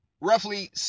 roughly